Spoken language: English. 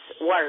work